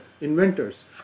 inventors